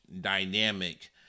dynamic